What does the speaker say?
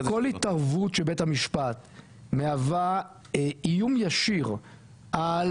כל התערבות של בית המשפט מהווה איום ישיר על